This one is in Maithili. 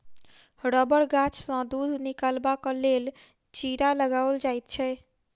रबड़ गाछसँ दूध निकालबाक लेल चीरा लगाओल जाइत छै